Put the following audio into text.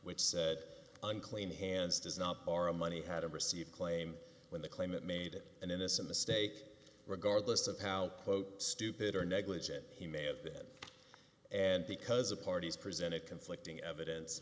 which said unclean hands does not borrow money hadn't received claim when the claimant made an innocent mistake regardless of how stupid or negligent he may have been and because the parties presented conflicting evidence